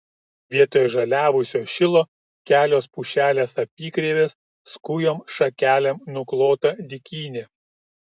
vietoj žaliavusio šilo kelios pušelės apykreivės skujom šakelėm nuklota dykynė